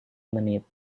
menit